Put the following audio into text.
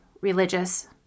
religious